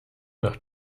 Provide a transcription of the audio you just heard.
nach